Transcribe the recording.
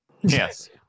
Yes